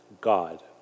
God